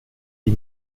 die